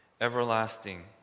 everlasting